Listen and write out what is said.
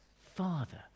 father